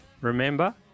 Remember